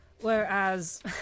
Whereas